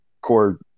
core